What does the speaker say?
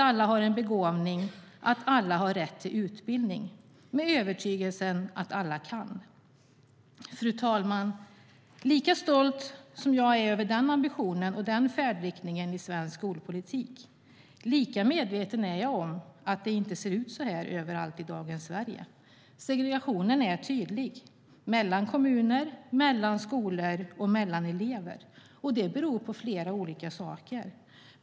Alla har en begåvning, och alla har rätt till utbildning - med övertygelsen att alla kan. Fru talman! Lika stolt som jag är över den ambitionen och den färdriktningen i svensk skolpolitik, lika medveten är jag om att det inte ser ut så överallt i dagens Sverige. Segregationen är tydlig mellan kommuner, mellan skolor och mellan elever. Det beror på flera olika saker.